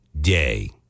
day